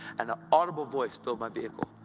and an audible voice filled my vehicle.